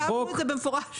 כתבנו במפורש